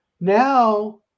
now